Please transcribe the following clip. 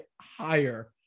higher